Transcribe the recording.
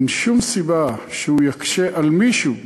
אין שום סיבה שהוא יקשה על מישהו.